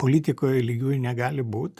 politikoje lygiųjų negali būt